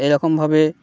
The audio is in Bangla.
এরকমভাবে